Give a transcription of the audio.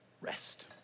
rest